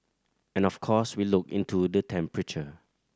and of course we look into the temperature